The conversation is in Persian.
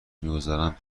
میگذارند